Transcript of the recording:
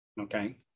Okay